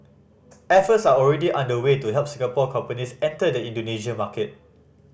efforts are already underway to help Singapore companies enter the Indonesia market